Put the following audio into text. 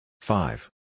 Five